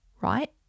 right